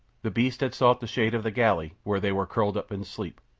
the beasts had sought the shade of the galley, where they were curled up in sleep.